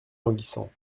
languissant